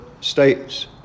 states